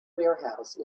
warehouse